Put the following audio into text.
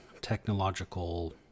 technological